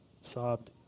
sobbed